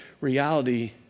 reality